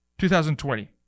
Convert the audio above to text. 2020